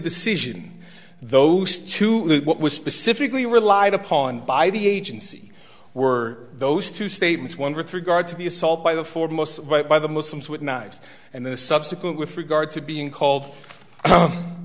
decision those two what was specifically relied upon by the agency were those two statements one with regard to the assault by the foremost by the muslims with knives and the subsequent with regard to being called